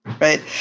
right